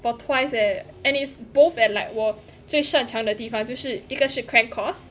for twice eh and it's both at like 我最擅长的地方就是一个是 crank course